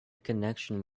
connection